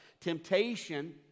Temptation